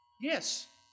Yes